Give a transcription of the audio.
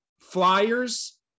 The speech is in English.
Flyers